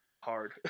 hard